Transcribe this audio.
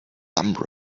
dumb